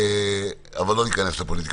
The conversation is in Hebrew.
לא ניכנס לפוליטיקה.